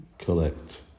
collect